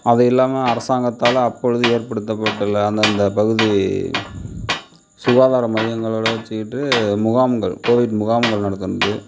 அது இல்லாமல் அரசாங்கத்தால் அப்பொழுது ஏற்படுத்தப்பட்டுள்ள அந்தந்த பகுதி சுகாதார மையங்களோடு வச்சுக்கிட்டு முகாம்கள் கோவிட் முகாம்கள் நடத்துனது